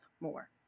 more